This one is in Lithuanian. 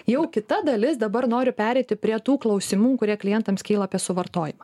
jau kita dalis dabar noriu pereiti prie tų klausimų kurie klientams kyla apie suvartojimą